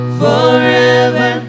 forever